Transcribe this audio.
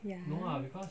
ya